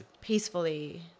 peacefully